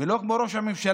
ולא כמו ראש הממשלה,